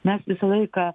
mes visą laiką